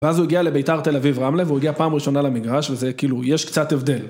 ואז הוא הגיע לביתר תל אביב רמלה והוא הגיע פעם ראשונה למגרש וזה כאילו, יש קצת הבדל.